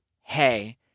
hey